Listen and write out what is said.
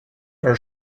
are